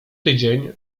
tydzień